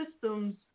systems